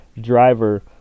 driver